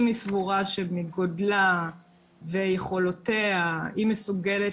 אם היא סבורה שמגודלה ומיכולותיה היא מסוגלת